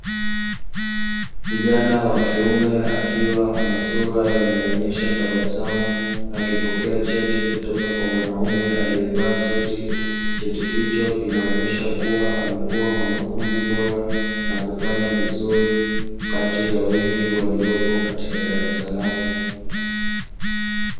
Kijana wa kiume akiwa anasura inayoonyesha tabasamu, akipokea cheti kutoka kwa mwanaume aliyevaa suti. Cheti hicho kinaonyesha kuwa amekuwa mwanafunzi bora na kufanya vizuri kati ya wengi waliopo katika darasa lake.